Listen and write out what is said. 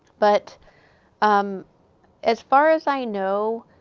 but um as far as i know,